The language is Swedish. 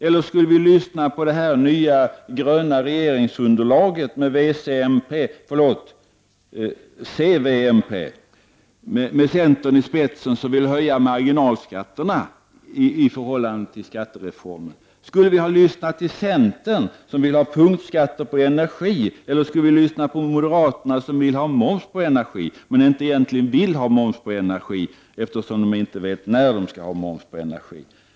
Eller skulle vi lyssna på det nya gröna regeringsunderlaget med c, v och mp? Med centern i spetsen vill den kombinationen höja marginalskatterna i förhållande till skattereformens förslag. Skulle vi ha lyssnat till centern som vill ha punktskatter på energi, eller skulle vi lyssna på moderaterna som vill ha moms på energi, men egentligen inte vill ha moms på energi eftersom de inte vet när de vill ha det?